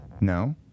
No